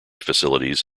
facilities